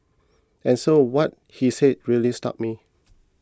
and so what he said really stuck me